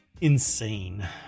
Insane